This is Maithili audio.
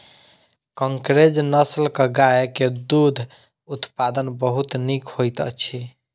कंकरेज नस्लक गाय के दूध उत्पादन बहुत नीक होइत अछि